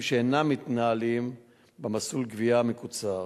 שאינם מתנהלים במסלול גבייה מקוצר.